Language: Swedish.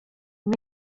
min